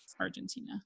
Argentina